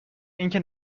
اینکه